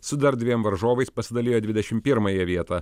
su dar dviem varžovais pasidalijo dvidešimt pirmąją vietą